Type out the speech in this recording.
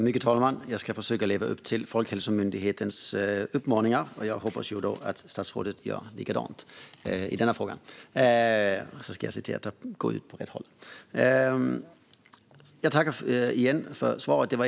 Herr talman! Jag ska försöka leva upp till Folkhälsomyndighetens uppmaningar i denna fråga, och jag hoppas att statsrådet gör likadant. Jag tackar igen för svaret.